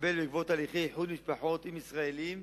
שהתקבל בעקבות הליכי איחוד משפחות עם ישראלים,